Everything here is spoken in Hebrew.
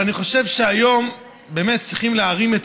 אני חושב שהיום באמת צריכים להרים את